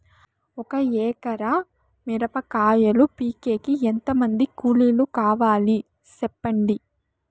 ఒక ఎకరా మిరప కాయలు పీకేకి ఎంత మంది కూలీలు కావాలి? సెప్పండి?